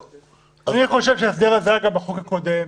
אני חושב שההסדר הזה היה גם בחוק הקודם.